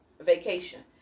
vacation